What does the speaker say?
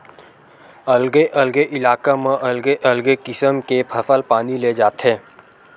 अलगे अलगे इलाका म अलगे अलगे किसम के फसल पानी ले जाथे